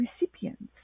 recipients